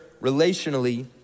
relationally